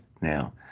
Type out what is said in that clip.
now